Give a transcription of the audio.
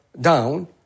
down